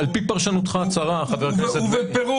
זה על פי פרשנותך הצרה, חבר הכנסת בגין.